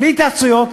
בלי התייעצויות,